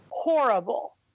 Horrible